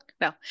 No